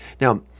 Now